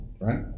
right